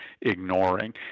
ignoring